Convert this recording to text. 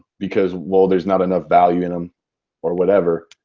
because well there's not enough value in them or whatever,